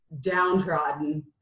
downtrodden